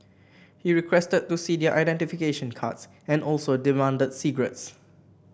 he requested to see their identification cards and also demanded cigarettes